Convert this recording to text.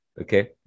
okay